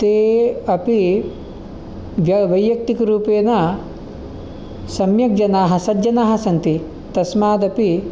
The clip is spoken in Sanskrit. ते अपि व्य वैयक्तिकरूपेन सम्यक् जनाः सज्जनाः सन्ति तस्मादपि